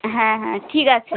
হ্যাঁ হ্যাঁ ঠিক আছে